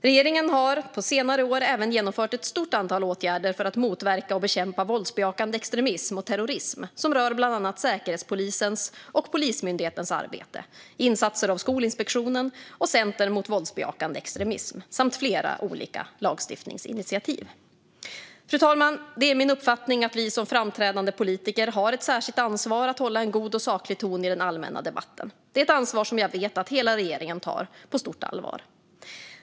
Regeringen har på senare år även genomfört ett stort antal åtgärder för att motverka och bekämpa våldsbejakande extremism och terrorism som rör bland annat Säkerhetspolisens och Polismyndighetens arbete, insatser av Skolinspektionen och Center mot våldsbejakande extremism samt flera olika lagstiftningsinitiativ. Fru talman! Det är min uppfattning att vi som framträdande politiker har ett särskilt ansvar att hålla en god och saklig ton i den allmänna debatten. Det är ett ansvar som jag vet att hela regeringen tar på stort allvar.